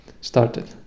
started